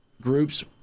groups